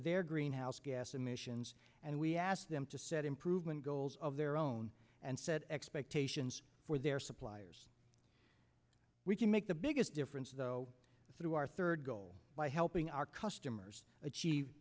their greenhouse gas emissions and we ask them to set improvement goals of their own and set expectations for their suppliers we can make the biggest difference though through our third goal by helping our customers achieve